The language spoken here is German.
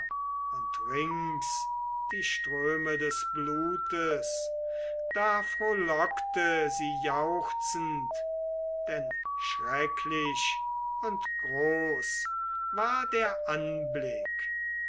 und rings die ströme des blutes da frohlockte sie jauchzend denn schrecklich und groß war der anblick